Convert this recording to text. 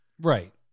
Right